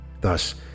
Thus